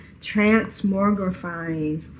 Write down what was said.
transmogrifying